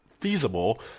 feasible